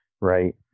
right